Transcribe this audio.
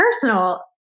personal